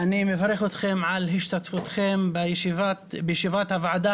אני מברך אתכם על השתתפותכם בישיבת הוועדה